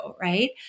right